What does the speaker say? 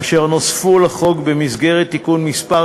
אשר נוספו לחוק במסגרת תיקון מס'